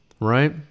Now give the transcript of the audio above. right